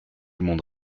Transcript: monde